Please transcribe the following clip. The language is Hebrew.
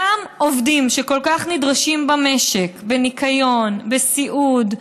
אותם עובדים שכל כך נדרשים במשק, בניקיון, בסיעוד,